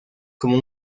como